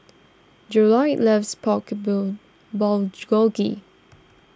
Jerold loves Pork bill Bulgogi